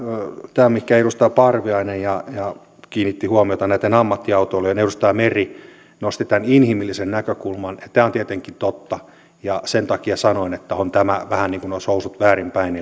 tämä mihinkä edustaja parviainen kiinnitti huomiota nämä ammattiautoilijat ja edustaja meri nosti tämän inhimillisen näkökulman tämä on tietenkin totta sen takia sanoin että on tämä vähän niin kuin olisi housut väärinpäin